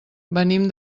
venim